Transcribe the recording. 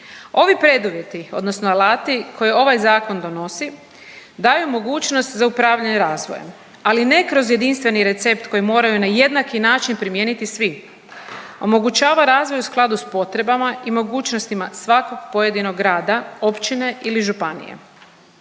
Ovi preduvjeti odnosno alati koje ovaj Zakon donosi daju mogućnost za upravljanje razvojem, ali ne kroz jedinstveni recept koji moraju na jednaki način primijeniti svi, omogućava razvoj u skladu s potrebama i mogućnostima svakog pojedinog grada, općine ili županije.